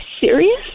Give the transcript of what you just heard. serious